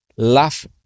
laugh